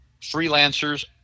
freelancers